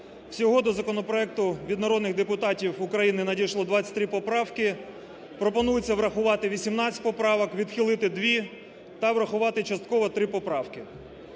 Всього до законопроекту від народних депутатів України надійшло 23 поправки. Пропонується врахувати 18 поправок, відхилити 2 та врахувати частково 3 поправки.